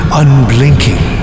unblinking